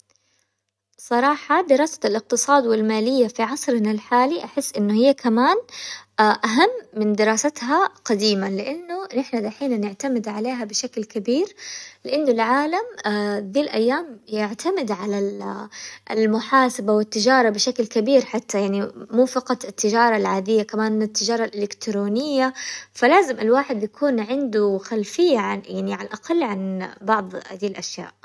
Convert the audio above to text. صراحة دراسة الاقتصاد والمالية في عصرنا الحالي احس انه هي كمان اهم من دراستها قديما، لانه نحنا دحين نعتمد عليها بشكل كبير، لانه العالم ذي الايام يعتمد على ال-المحاسبة والتجارة بشكل كبير حتى يعني مو فقط التجارة العادية كمان التجارة الالكترونية، فلازم الواحد يكون عنده خلفية عن يعني على الاقل عن بعض هذه الاشياء.